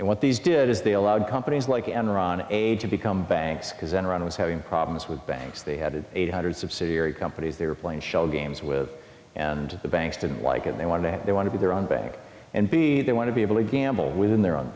and what these did is they allowed companies like enron age to become banks because enron was having problems with banks they had eight hundred subsidiary companies they were playing shell games with and the banks didn't like it they wanted to have they want to be their own bank and be they want to be able to gamble within their own